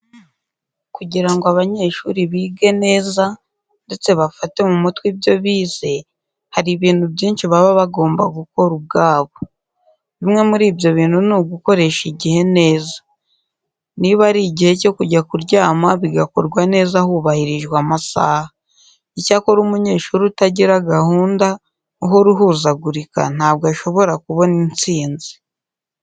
Kugira ngo abanyeshuri bige neza ndetse bafate mu mutwe ibyo bize, hari ibintu byinshi baba bagomba gukora ubwabo. Bimwe muri ibyo bintu ni ugukoresha igihe neza. Niba ari igihe cyo kujya kuryama bigakorwa neza hubahirijwe amasaha. Icyakora umunyeshuri utagira gahunda uhora uhuzagurika ntabwo ashobora kubona intsinzi.